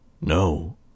No